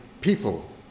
people